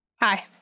Hi